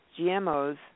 GMOs